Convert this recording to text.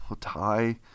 tie